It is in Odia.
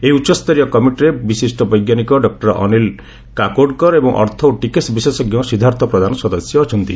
ଏହି ଉଚ୍ଚସ୍ତରୀୟ କମିଟିରେ ବିଶିଷ୍ଟ ବୈଜ୍ଞାନିକ ଡକ୍ର ଅନୀଲ କାକୋଡକର ଏବଂ ଅର୍ଥ ଓ ଟିକସ ବିଶେଷଜ୍ଞ ସିଦ୍ଧାର୍ଥ ପ୍ରଧାନ ସଦସ୍ୟ ଅଛନ୍ତି